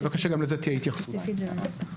אני מבקש שתהיה התייחסות גם לזה.